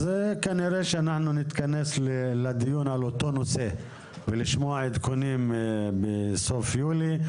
אז כנראה שאנחנו נתכנס לדיון על אותו נושא ולשמוע עדכונים בסוף יולי,